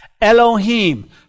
Elohim